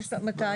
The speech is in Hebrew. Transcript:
מתי?